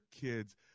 kids